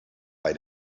bei